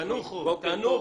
בוקר טוב